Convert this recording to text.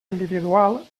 individual